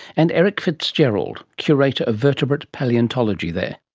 and erich fitzgerald, curator of vertebrate palaeontology there.